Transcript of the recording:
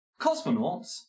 cosmonauts